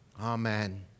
Amen